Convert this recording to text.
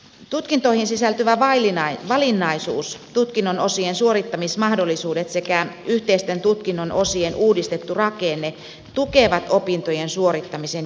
tutkintoihin sisältyvä valinnaisuus tutkinnon osien suorittamismahdollisuudet sekä yhteisten tutkinnon osien uudistettu rakenne tukevat opintojen suorittamisen joustavuutta